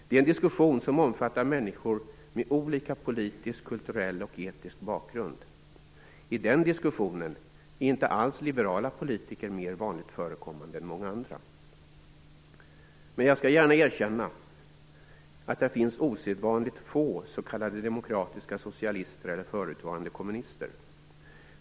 Det är en diskussion som omfattar människor med olika politisk, kulturell och etnisk bakgrund. I den diskussionen är inte alls liberala politiker mer vanligt förekommande än många andra. Men jag skall gärna erkänna att där finns osedvanligt få s.k. demokratiska socialister eller förutvarande kommunister.